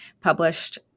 published